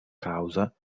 causa